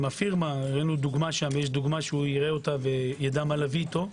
הפירמה יש דוגמה כדי שיידע מה להביא איתו,